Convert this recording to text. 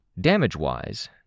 Damage-wise